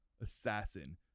assassin